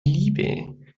liebe